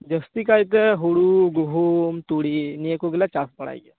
ᱡᱟᱹᱥᱛᱤ ᱠᱟᱭᱛᱮ ᱦᱩᱲᱩ ᱜᱩᱦᱩᱢ ᱛᱩᱲᱤ ᱱᱤᱭᱟᱹ ᱠᱚᱜᱮᱞᱮ ᱪᱟᱥ ᱵᱟᱲᱟᱭ ᱜᱮᱭᱟ